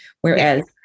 Whereas